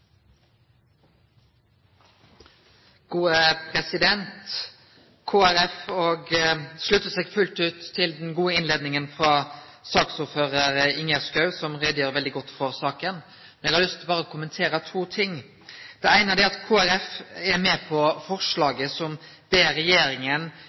gode innleiinga frå saksordførar Ingjerd Schou, som gjorde veldig god greie for saka. Eg har berre lyst til å kommentere to ting. Det eine er at Kristeleg Folkeparti er med på